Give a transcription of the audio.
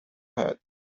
had